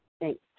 Thanks